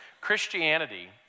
Christianity